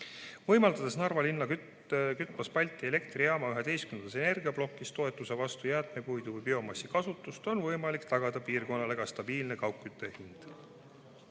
Võimaldades Narva linna kütva Balti Elektrijaama 11. energiaplokis jäätmepuidu või biomassi kasutust, on võimalik tagada piirkonnale ka stabiilne kaugkütte hind.